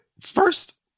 First